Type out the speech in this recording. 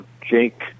Jake